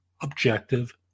Objective